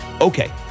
Okay